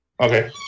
Okay